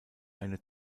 eine